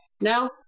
no